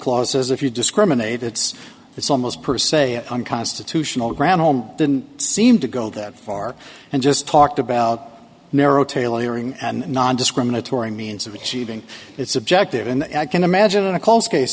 clause is if you discriminate it's it's almost per se unconstitutional granholm didn't seem to go that far and just talked about narrow tailoring and nondiscriminatory means of achieving its objective and i can imagine a close case